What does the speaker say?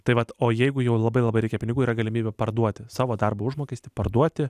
tai vat o jeigu jau labai labai reikia pinigų yra galimybė parduoti savo darbo užmokestį parduoti